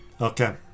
Okay